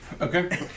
Okay